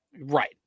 Right